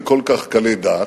וכל כך קלי דעת.